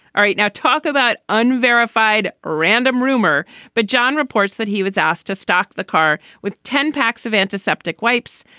all right now talk about unverified random rumor but john reports that he was asked to stock the car with ten packs of antiseptic wipes.